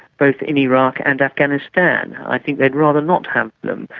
both in iraq and afghanistan. i think they'd rather not have them,